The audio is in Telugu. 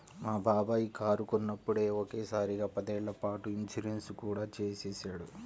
మా బాబాయి కారు కొన్నప్పుడే ఒకే సారిగా పదేళ్ళ పాటు ఇన్సూరెన్సు కూడా చేసేశాడు